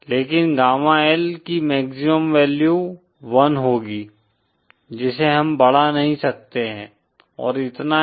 लेकिन gamma L की maximum value 1 होगी जिसे हम बढ़ा नहीं सकते हैं और इतना ही